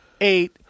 eight